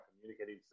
communicating